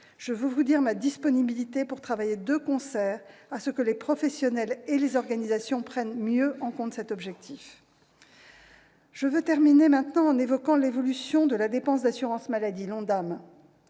Je veux vous dire ma disponibilité pour travailler de concert à ce que les professionnels et les organisations prennent mieux en compte cet objectif. Je veux terminer en évoquant l'évolution de la dépense d'assurance maladie, et